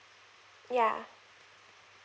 ya